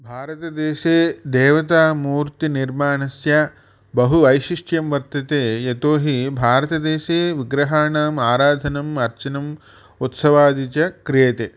भारतदेशे देवतामूर्तिनिर्माणस्य बहुवैशिष्ट्यं वर्तते यतोहि भारतदेशे विग्रहाणाम् आराधनम् अर्चनम् उत्सवादि च क्रियते